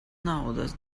naudas